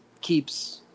keeps –